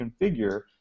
configure